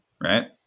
Right